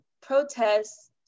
protests